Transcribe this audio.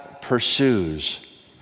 pursues